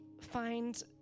find